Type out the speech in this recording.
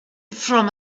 from